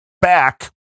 back